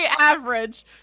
average